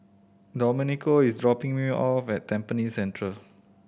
Domenico is dropping me off at Tampines Central